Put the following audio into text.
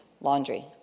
laundry